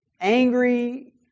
angry